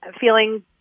feeling